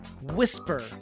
whisper